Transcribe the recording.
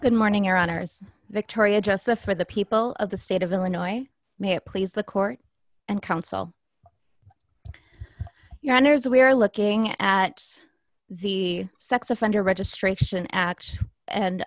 good morning or honors victoria justice for the people of the state of illinois may please the court and counsel your honour's we are looking at the sex offender registration act and